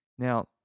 Now